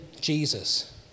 Jesus